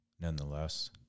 Nonetheless